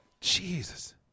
Jesus